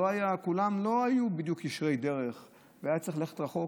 כולם לא היו בדיוק ישרי דרך, והיה צריך ללכת רחוק.